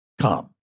come